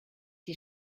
die